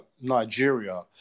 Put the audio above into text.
nigeria